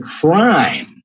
crime